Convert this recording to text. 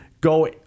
go